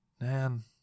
man